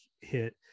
hit